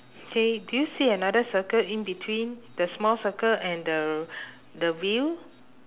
okay do you see another circle in between the small circle and the the wheel